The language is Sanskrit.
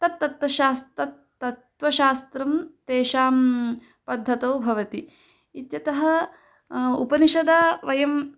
तत्तत् तत्र शास्त्रं तत्त्वशास्त्रं तेषां पद्धतौ भवति इत्यतः उपनिषदा वयं